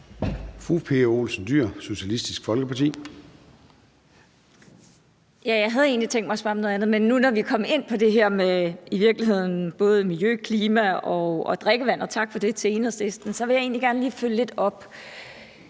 Fru Pia Olsen Dyhr, Socialistisk Folkeparti.